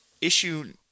issue